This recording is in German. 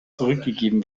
zurückgegeben